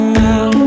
now